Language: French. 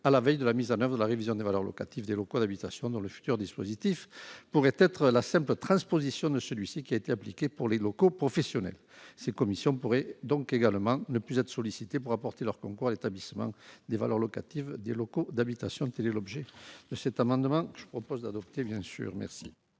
à la veille de la mise en oeuvre de la révision des valeurs locatives des locaux d'habitation, dont le futur dispositif pourrait être la simple transposition de celui qui a été appliqué pour les locaux professionnels. Ces commissions pourraient donc également ne plus être sollicitées pour apporter leur concours à l'établissement des valeurs locatives des locaux d'habitation. Quel est l'avis de la commission ? Sur le fond, je comprends